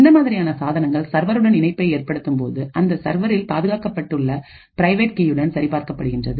இந்த மாதிரியான சாதனங்கள் சர்வருடன் இணைப்பை ஏற்படுத்தும் போது அந்த சர்வரில் பாதுகாக்கப்பட்டு உள்ள பிரைவேட் கீயுடன் சரி பார்க்கப்படுகின்றது